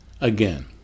again